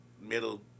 middle